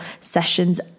sessions